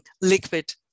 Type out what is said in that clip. liquid